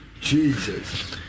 Jesus